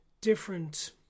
different